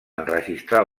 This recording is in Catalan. enregistrar